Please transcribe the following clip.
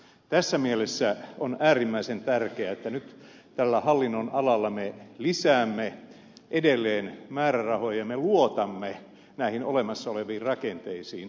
tässä mielessä on äärimmäisen tärkeää että nyt tällä hallinnonalalla me lisäämme edelleen määrärahoja me luotamme näihin olemassa oleviin rakenteisiin